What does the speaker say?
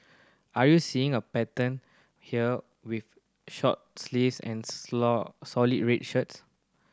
are we seeing a pattern here with short sleeves and solid red shirts